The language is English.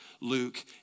Luke